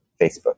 Facebook